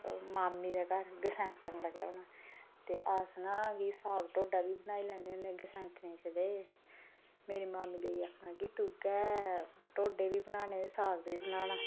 मेरी मामी दे घर गसैंतन लग्गेआ होना ते अस ना साग ढोडा बी बनाई लैने होन्ने आं गसैंतन च ते मेरी मामी लगी आक्खना कि तू गै ढोडे बी बनाने ते साग बी बनाना